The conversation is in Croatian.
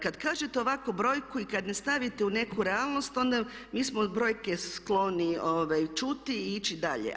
Kada kažete ovako brojku i kada je stavite u neku realnost, onda mi smo brojke skloni čuti i ići dalje.